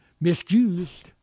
misused